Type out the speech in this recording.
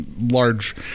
large